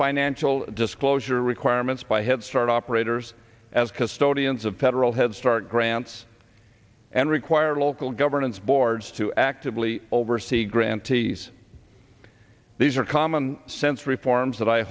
financial disclosure requirements by head start operators as custodians of federal head start grants and require local governance boards to actively oversee grantees these are common sense reforms that i